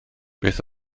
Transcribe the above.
beth